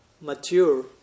mature